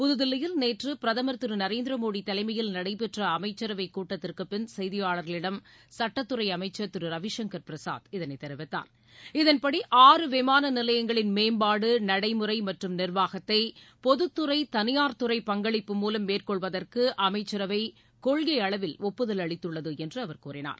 புதுதில்லியில் நேற்று பிரதமர் திரு நரேந்திர மோடி தலைமையில் நடைபெற்ற அமைச்சரவை கூட்டத்திற்கு பின் செய்தியாளர்களிடம் சுட்டத்துறை அமைச்சர் திரு ரவிசுங்கர் பிரசாத் இதனை தெரிவித்தார் இதன்படி ஆறு விமான நிலையங்களின் மேம்பாடு நடைமுறை மற்றும் நிர்வாகத்தை பொதுத்துறை தளியார்துறை பங்களிப்பு மூலம் மேற்கொள்வதற்கு அமைச்சரவை கொள்கை அளவில் ஒப்புதல் அளித்துள்ளது என்று அவர் கூறினார்